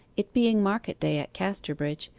it being market-day at casterbridge,